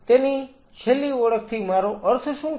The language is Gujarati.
તેની છેલ્લી ઓળખથી મારો અર્થ શું છે